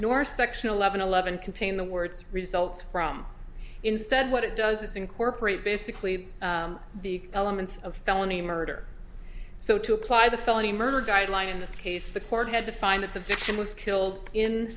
section eleven eleven contain the words results from instead what it does is incorporate basically the elements of felony murder so to apply the felony murder guideline in this case the court has to find that the victim was killed in